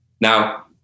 Now